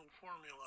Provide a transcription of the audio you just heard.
formula